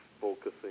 focusing